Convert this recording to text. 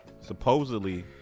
supposedly